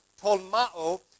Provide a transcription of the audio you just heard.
tolmao